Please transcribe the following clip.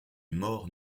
mort